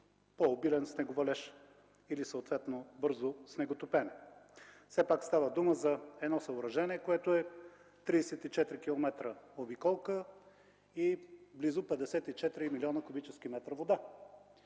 по-обилен снеговалеж или съответно бързо снеготопене. Все пак става дума за едно съоръжение, което е с 34 км обиколка и близо 54 милиона кубически метра вода.